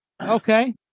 Okay